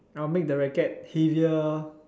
I'll make the racket heavier